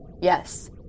Yes